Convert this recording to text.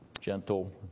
gentle